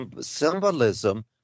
symbolism